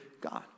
God